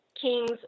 kings